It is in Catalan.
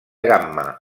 gamma